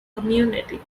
community